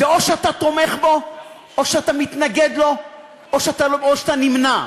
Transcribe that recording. זה או שאתה תומך בו או שאתה מתנגד לו או שאתה נמנע.